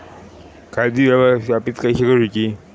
खाती व्यवस्थापित कशी करूची?